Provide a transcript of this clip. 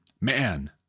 Man